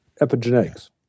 epigenetics